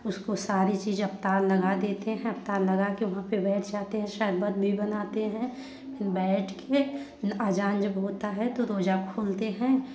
उसको सारी चीज़ें अबताल लगा देते हैं अबताल लगा के वहाँ पर बैठ जाते हैं शर्बत भी बनाते हैं फिर बैठ कर अजान जब होता है तो रोज़ा खोलते हैं